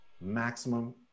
Maximum